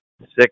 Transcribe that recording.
six